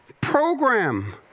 program